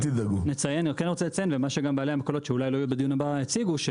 אני רוצה לציין לטובת בעלי המכולות שאולי לא יהיו בדיון הבא שהם